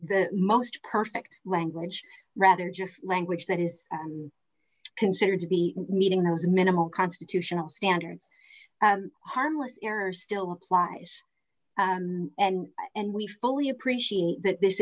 the most perfect language rather just language that is considered to be meeting those minimal constitutional standards harmless error still applies and and we fully appreciate that this